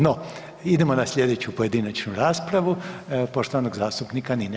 No, idemo na sljedeću pojedinačnu raspravu poštovanog zastupnika Nine